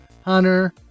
Hunter